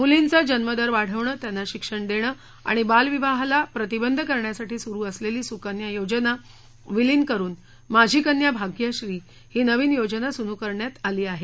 मुलींचा जन्मदर वाढवणं त्यांना शिक्षण देणं आणि बालविवाहाला प्रतीबंध करण्यासाठी सुरु असलेली सुकन्या योजना विलीन करुन माझी कन्या भाग्यश्री ही नवीन योजना सुरू करण्यात आली आहे